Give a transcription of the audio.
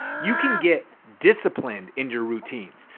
you can get disciplined in your routines.